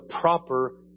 proper